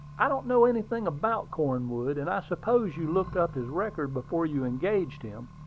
i don't know anything about cornwood and i suppose you looked up his record before you engaged him.